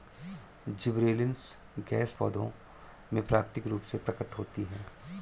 gibberellins gas पौधों में प्राकृतिक रूप से प्रकट होती है